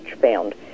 found